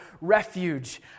refuge